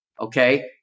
okay